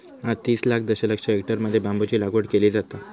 आज तीस लाख दशलक्ष हेक्टरमध्ये बांबूची लागवड केली जाता